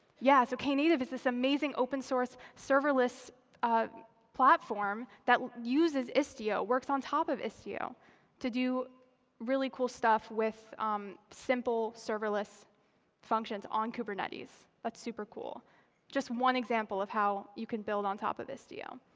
yeah, so knative is this amazing open-source serverless platform that uses istio, works on top of istio to do really cool stuff with simple serverless functions on kubernetes. that's super cool just one example of how you can build on top of istio.